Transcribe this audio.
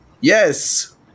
Yes